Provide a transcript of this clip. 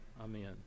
amen